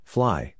Fly